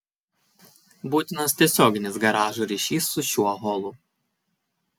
būtinas tiesioginis garažo ryšys su šiuo holu